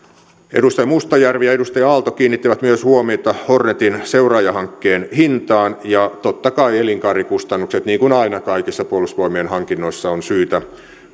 edustaja mustajärvi ja edustaja aalto kiinnittivät myös huomiota hornetin seuraajahankkeen hintaan ja totta kai elinkaarikustannukset niin kuin aina kaikissa puolustusvoimien hankinnoissa on syytä